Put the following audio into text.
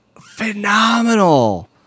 phenomenal